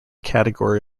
category